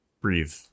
breathe